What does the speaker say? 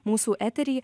mūsų eterį